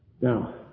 Now